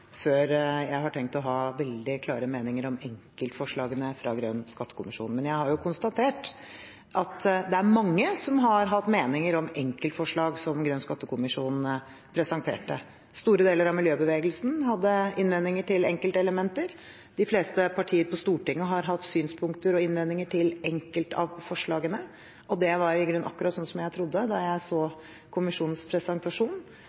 før jeg har tenkt å ha veldig klare meninger om enkeltforslagene fra Grønn skattekommisjon. Men jeg har jo konstatert at det er mange som har hatt meninger om enkeltforslag som Grønn skattekommisjon presenterte. Store deler av miljøbevegelsen hadde innvendinger til enkeltelementer. De fleste partier på Stortinget har hatt synspunkter og innvendinger til enkelte av forslagene. Og det var i grunnen akkurat som jeg trodde da jeg så kommisjonens presentasjon,